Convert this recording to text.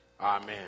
Amen